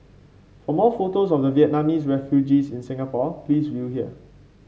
for more photos of the Vietnamese refugees in Singapore please view here